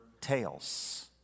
tales